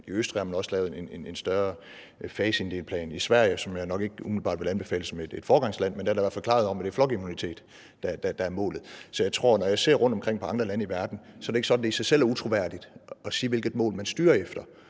I Østrig har man også lavet en større faseinddelt plan. I Sverige, som jeg jo nok ikke umiddelbart vil anbefale som et foregangsland, er der i hvert fald klarhed om, at det er flokimmunitet, der er målet. Når jeg ser på lande rundtomkring i verden, er det ikke sådan, at det i sig selv er utroværdigt at sige, hvilket mål man styrer efter,